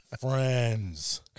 Friends